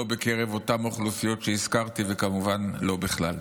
לא בקרב אותן אוכלוסיות שהזכרתי וכמובן לא בכלל.